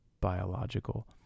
biological